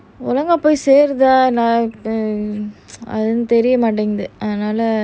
ஒழுங்க போய் செருத நான் இப்போ தெரிய மாட்டிங்குது அதுனால:ozhunga poi serutha nan ippo theriya maatinguthu athunaala